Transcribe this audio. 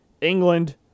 England